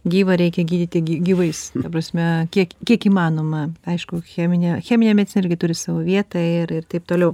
gyvą reikia gydyti gyvais ta prasme kiek kiek įmanoma aišku cheminė cheminė medicina irgi turi savo vietą ir ir taip toliau